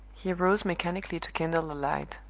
he rose mechanically to kindle a light.